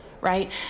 right